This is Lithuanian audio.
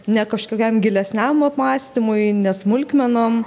ne kažkokiam gilesniam apmąstymui ne smulkmenom